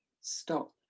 Stop